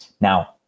Now